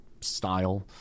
style